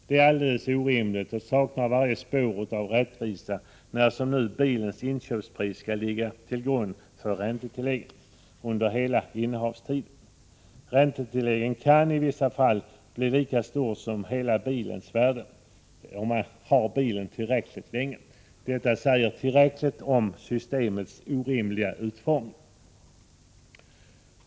Det är alldeles orimligt och saknar varje spår av rättvisa när, som nu, bilens inköpspris skall ligga till grund för räntetillägget under hela innehavstiden. Räntetillägget kan i vissa fall bli lika stort som hela bilens värde, om man har bilen tillräckligt länge. Detta säger tillräckligt om systemets orimliga utformning.